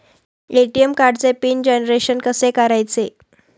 ATM कार्डचे PIN generation कसे करायचे?